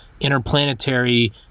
interplanetary